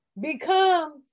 becomes